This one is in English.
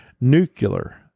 Nuclear